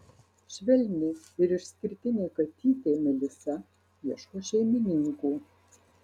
švelni ir išskirtinė katytė melisa ieško šeimininkų